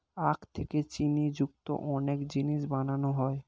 আখ থেকে চিনি যুক্ত অনেক জিনিস বানানো হয়